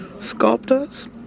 sculptors